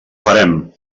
farem